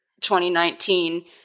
2019